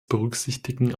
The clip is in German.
berücksichtigen